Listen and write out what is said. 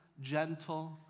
gentle